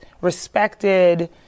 respected